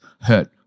hurt